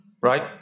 Right